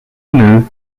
moved